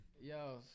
Yo